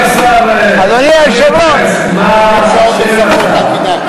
זאת הפרה מוחלטת של חוקי העבודה.